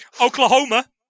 Oklahoma